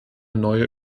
neue